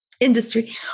industry